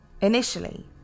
Initially